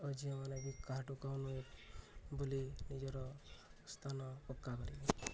ଓ ଝିଅମାନେ ବି କାହାଠୁ କମ୍ ନୁହେଁ ବୋଲି ନିଜର ସ୍ଥାନ ପକ୍କା କରିବେ